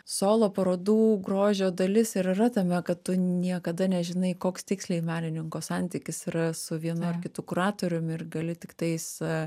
solo parodų grožio dalis ir yra tame kad tu niekada nežinai koks tiksliai menininko santykis yra su vienu ar kitu kuratoriumi ir gali tiktais